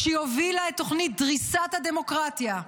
כשהיא הובילה את תוכנית דריסת הדמוקרטיה.